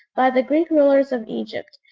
by the greek rulers of egypt,